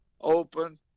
open